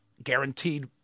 guaranteed